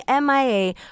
MIA